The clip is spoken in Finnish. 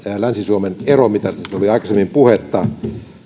länsi suomen eroon mistä oli aikaisemmin puhetta